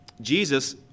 Jesus